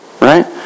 Right